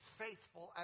faithful